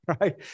right